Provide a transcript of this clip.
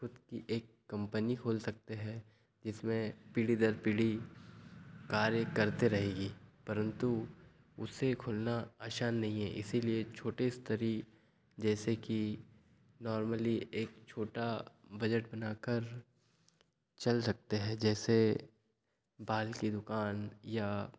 खुद की एक कंपनी खोल सकते हैं जिसमें पीढ़ी दर पीढ़ी कार्य करते रहेगी परंतु उसे खोलना आसान नहीं है इसीलिए छोटे स्तरी जैसे कि नॉर्मली एक छोटा बजट बनाकर चल सकते हैं जैसे बाल की दुकान या